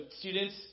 students